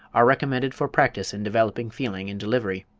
are recommended for practise in developing feeling in delivery.